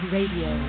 Radio